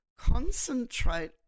concentrate